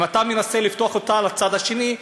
אם היית מנסה לפתוח אותה לצד השני,